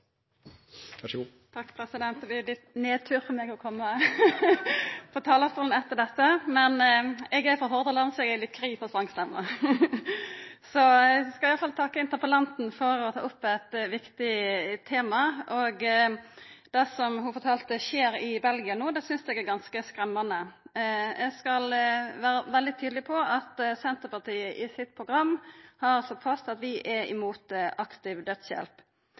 meg å koma på talarstolen etter dette, men eg er òg frå Hordaland så eg er litt kry av den songstemma! Eg vil i alle fall takka interpellanten for å ta opp eit viktig tema. Det ho fortalde om det som skjer i Belgia no, synest eg er ganske skremmande. Eg skal vera veldig tydeleg på at Senterpartiet i sitt program har slått fast at vi er i mot aktiv dødshjelp.